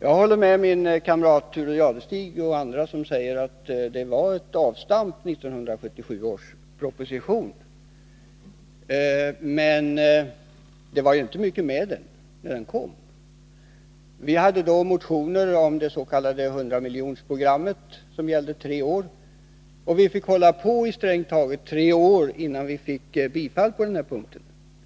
Jag håller med Thure Jadestig och andra som säger att 1977 års proposition innebar ett avstamp. Men det var inte mycket med den när den kom. Vi hade då motioner om det s.k. 100-miljonersprogrammet som gällde tre år, och vi fick hålla på strängt taget i tre år, innan vi fick bifall